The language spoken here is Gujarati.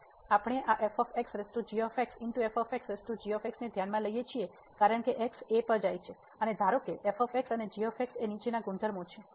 તેથી આપણે આ ને ધ્યાનમાં લઈએ છીએ કારણ કે x a પર જાય છે અને ધારો કે f અને g ને નીચેના ગુણધર્મો છે